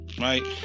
right